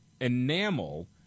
enamel